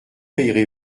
payerez